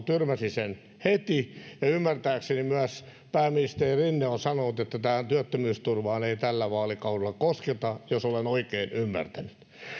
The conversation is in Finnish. tyrmäsi sen heti ymmärtääkseni myös pääministeri rinne on sanonut että työttömyysturvaan ei tällä vaalikaudella kosketa jos olen oikein ymmärtänyt